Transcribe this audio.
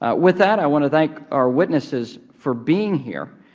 ah with that, i want to thank our witnesses for being here,